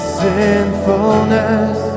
sinfulness